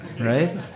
right